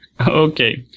Okay